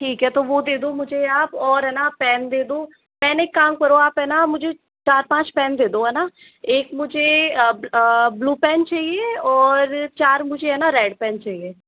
ठीक है तो वो दे दो मुझे आप और है ना पेन दे दो पेन एक काम करो आप है ना मुझे चार पाँच पेन दे दो है ना एक मुझे ब्लू पेन चाहिए और चार मुझे है ना रेड पेन चाहिए